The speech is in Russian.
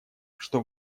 что